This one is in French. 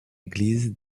église